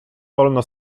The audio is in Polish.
wolno